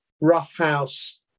roughhouse